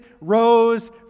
rose